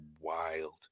wild